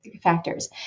factors